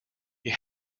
you